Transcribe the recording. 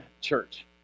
church